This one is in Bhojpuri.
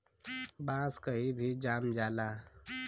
बांस कही भी जाम जाला